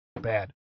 bad